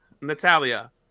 Natalia